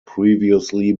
previously